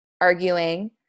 arguing